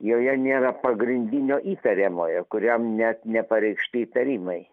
joje nėra pagrindinio įtariamojo kuriam net nepareikšti įtarimai